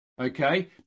okay